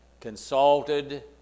consulted